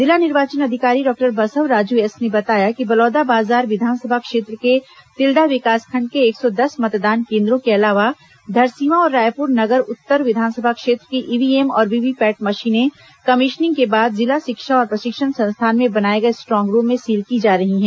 जिला निर्वाचन अधिकारी डॉक्टर बसवराजु एस ने बताया कि बलौदाबाजार विधानसभा क्षेत्र के तिल्दा विकासखंड के एक सौ दस मतदान केन्द्रों के अलावा धरसींवा और रायपुर नगर उत्तर विधानसभा क्षेत्र की ईव्हीएम और वीवीपैट मशीनें कमीशनिंग के बाद जिला शिक्षा और प्रशिक्षण संस्थान में बनाए गए स्ट्रांग रूम में सील की जा रही है